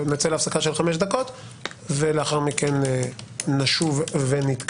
נצא להפסקה של חמש דקות ואז נשוב ונתכנס.